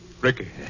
Ricky